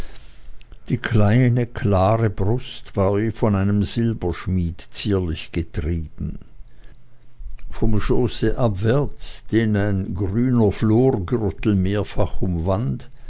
die kleine klare brust war wie von einem silberschmied zierlich getrieben vom schoße abwärts den ein grüner florgürtel mehrfach umwand